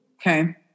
Okay